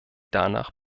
danach